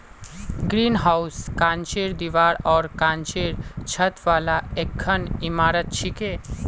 greenhouse कांचेर दीवार आर कांचेर छत वाली एकखन इमारत छिके